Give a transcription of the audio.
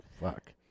fuck